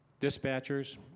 dispatchers